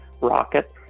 rocket